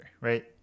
right